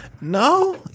no